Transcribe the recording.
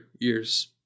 ears